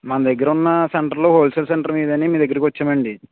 మన దగ్గరున్న సెంటర్లో హోల్సేల్ సెంటర్ మీదే అని మీ దగ్గరికొచ్చామండి